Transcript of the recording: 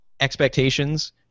expectations